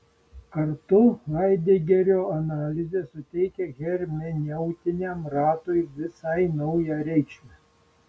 kartu haidegerio analizė suteikia hermeneutiniam ratui visai naują reikšmę